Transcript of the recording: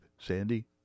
Sandy